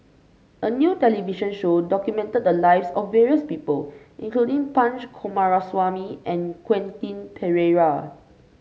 a new television show documented the lives of various people including Punch Coomaraswamy and Quentin Pereira